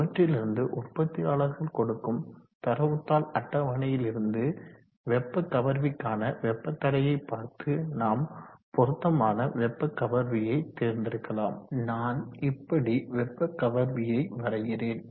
அவற்றிலிருந்து உற்பத்தியாளர்கள் கொடுக்கும் தரவுத்தாள் அட்டவணையிலிருந்து வெப்ப கவர்விக்கான வெப்ப தடையை பார்த்து நாம் பொருத்தமான வெப்ப கவர்வியை தேர்ந்தெடுக்கலாம் நான் இப்படி வெப்ப கவர்வியை வரைகிறேன்